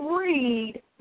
read